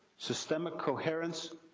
systemic coherence,